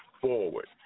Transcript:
forward